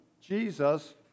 Jesus